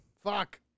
Fuck